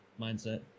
mindset